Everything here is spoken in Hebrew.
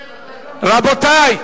נסים, אתה, רבותי,